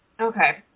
Okay